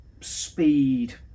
speed